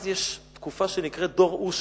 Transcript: אז יש תקופה שנקראת "דור אושא".